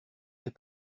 est